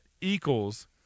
equals